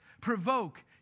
provoke